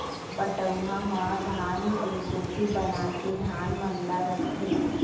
पटउहां म धान के कोठी बनाके धान मन ल रखथें